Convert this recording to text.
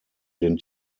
den